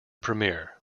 premiere